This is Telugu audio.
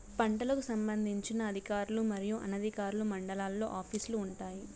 పంటలకు సంబంధించిన అధికారులు మరియు అనధికారులు మండలాల్లో ఆఫీస్ లు వుంటాయి?